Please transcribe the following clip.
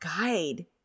guide